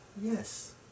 yes